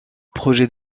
projet